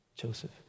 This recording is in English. joseph